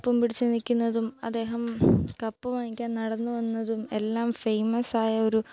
കപ്പും പിടിച്ചുനിൽക്കുന്നതും അദ്ദേഹം കപ്പു വാങ്ങിക്കാൻ നടന്നു വന്നതും എല്ലാം ഫേമസായ ഒരു